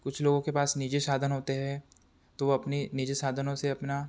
कुछ लोगों के पास निजी साधन होते हैं तो वो अपनी निजी साधनों से अपना